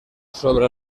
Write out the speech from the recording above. sobre